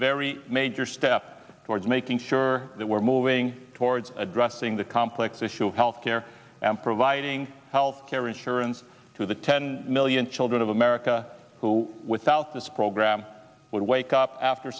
very major step towards making sure that we're moving towards addressing the complex issue of health care and providing health care insurance to the ten million children of america who without this program would wake up after